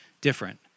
different